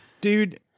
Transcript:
dude